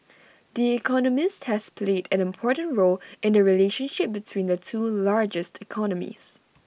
the economist has played an important role in the relationship between the two largest economies